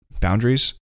boundaries